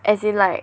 as in like